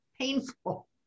painful